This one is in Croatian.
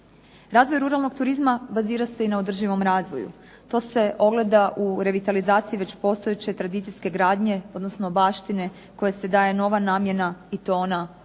Razvoj ruralnog turizma bazira se i na održivom razvoju. To se ogleda u revitalizaciji već postojeće tradicijske gradnje, odnosno baštine kojoj se daje nova namjena i to ona turistička.